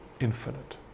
infinite